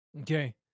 Okay